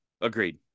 Agreed